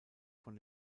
von